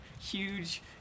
huge